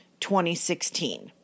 2016